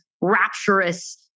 rapturous